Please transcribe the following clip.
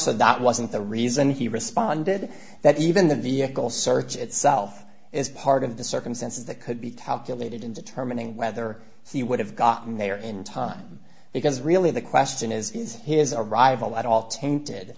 so that wasn't the reason he responded that even the vehicle search itself is part of the circumstances that could be talc elated in determining whether he would have gotten there in time because really the question is is his arrival at all tainted